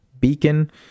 beacon